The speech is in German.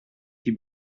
die